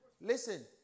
Listen